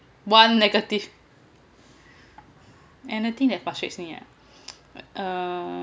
one negative and the thing that frustrates me ah uh